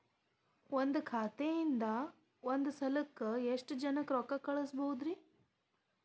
ಒಂದ್ ಖಾತೆಯಿಂದ, ಒಂದ್ ಸಲಕ್ಕ ಎಷ್ಟ ಜನರಿಗೆ ರೊಕ್ಕ ಕಳಸಬಹುದ್ರಿ?